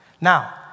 Now